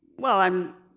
well, i'm,